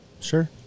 Sure